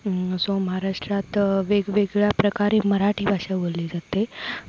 so महाराष्ट्रात वेगवेगळ्या प्रकारे मराठी भाषा बोलली जाते